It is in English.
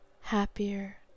happier